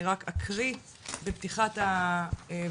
אני רק אקריא בפתיחת הוועדה,